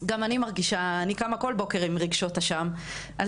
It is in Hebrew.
וגם אני קמה כל בוקר עם רגשות אשם על